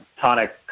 tonic